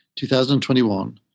2021